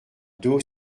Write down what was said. d’eau